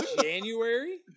January